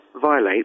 violate